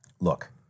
Look